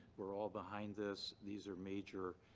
we're all behind this. these are major.